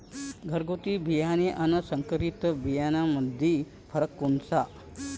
घरगुती बियाणे अन संकरीत बियाणामंदी फरक कोनचा?